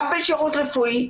גם בשירות רפואי,